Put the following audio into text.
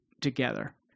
together